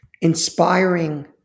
inspiring